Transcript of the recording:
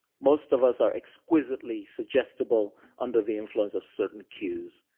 most of us are exquisitely suggestible under the influence of certain cues.